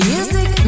Music